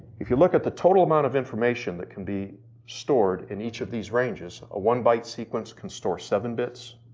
if you look at the total amount of information that can be stored in each of these ranges, a one byte sequence can store seven bits,